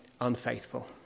Unfaithful